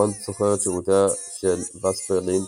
בונד שוכר את שירותיה של וספר לינד